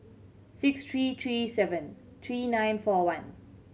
six three three seven three nine four one